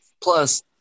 plus